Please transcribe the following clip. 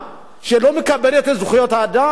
שלא מקבלת את ארגוני זכויות האדם?